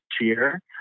Cheer